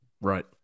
Right